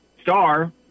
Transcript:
Star